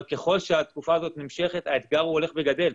אבל ככל שהתקופה הזאת נמשכת, האתגר הוא הולך וגדל.